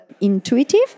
intuitive